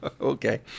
Okay